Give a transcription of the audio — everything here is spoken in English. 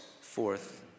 forth